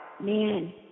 man